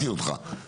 שהוצג --- בבקשה.